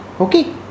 Okay